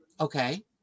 Okay